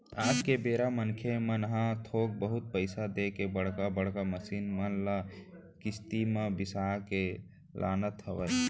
आज के बेरा मनखे मन ह थोक बहुत पइसा देके बड़का बड़का मसीन मन ल किस्ती म बिसा के लानत हवय